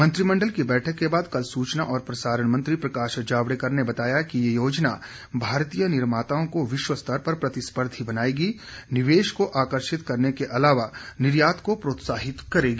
मंत्रिमंडल की बैठक के बाद कल सूचना और प्रसारण मंत्री प्रकाश जावड़ेकर ने बताया कि यह योजना भारतीय निर्माताओं को विश्व स्तर पर प्रतिस्पर्धी बनाएगी निवेश को आकर्षित करने के अलावा निर्यात को प्रोत्साहित करेगी